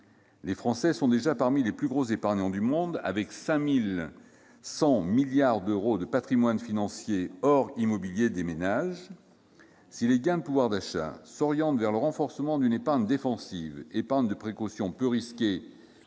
Les Français sont déjà parmi les plus gros épargnants du monde, avec 5 100 milliards d'euros de patrimoine financier hors immobilier des ménages. Si les gains de pouvoir d'achat s'orientent vers le renforcement d'une épargne défensive, épargne de précaution peu risquée